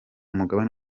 mugabane